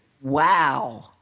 Wow